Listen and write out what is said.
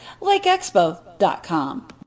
lakeexpo.com